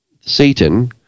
Satan